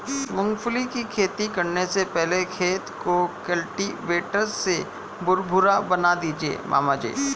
मूंगफली की खेती करने से पहले खेत को कल्टीवेटर से भुरभुरा बना दीजिए मामा जी